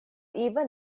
even